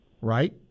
right